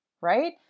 right